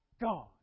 God